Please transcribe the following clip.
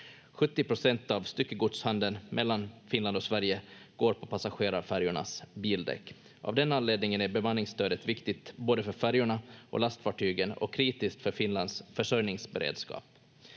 70 procent av styckegodshandeln mellan Finland och Sverige går på passagerarfärjornas bildäck. Av den anledningen är bemanningsstödet viktigt både för färjorna och lastfartygen och kritiskt för Finlands försörjningsberedskap.